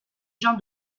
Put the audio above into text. jean